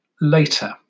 later